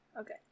Okay